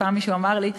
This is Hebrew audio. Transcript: שפעם מישהו אמר לי.